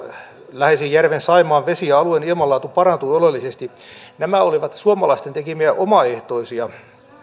läheisen järven saimaan vesi ja alueen ilmanlaatu parantuivat oleellisesti nämä olivat suomalaisten tekemiä omaehtoisia